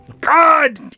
God